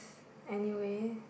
anyway